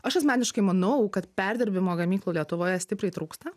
aš asmeniškai manau kad perdirbimo gamyklų lietuvoje stipriai trūksta